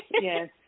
yes